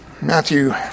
Matthew